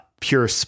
pure